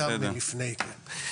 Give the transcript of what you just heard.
כן, בסדר.